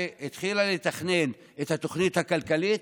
ברגע שהמדינה התחילה לתכנן את התוכנית הכלכלית,